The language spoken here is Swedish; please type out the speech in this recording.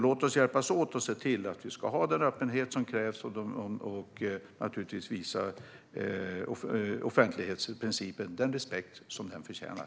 Låt oss hjälpas åt för att se till att vi ska ha den öppenhet som krävs och att vi visar offentlighetsprincipen den respekt som den förtjänar.